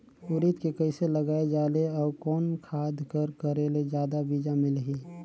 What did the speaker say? उरीद के कइसे लगाय जाले अउ कोन खाद कर करेले जादा बीजा मिलही?